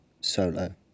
solo